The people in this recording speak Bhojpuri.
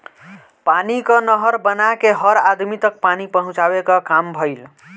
पानी कअ नहर बना के हर अदमी तक पानी पहुंचावे कअ काम भइल